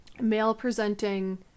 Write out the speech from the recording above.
male-presenting